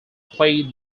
played